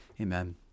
amen